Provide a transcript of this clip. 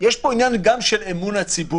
יש פה גם עניין של אמון הציבור.